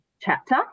chapter